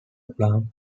palm